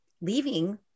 leaving